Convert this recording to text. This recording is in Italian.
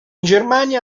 germania